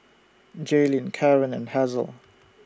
Jaylin Karon and Hazle